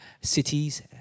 cities